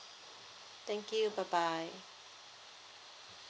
thank you bye bye